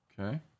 Okay